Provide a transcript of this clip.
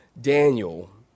Daniel